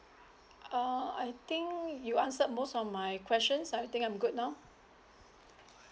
err I think you answered most of my questions I think I'm good now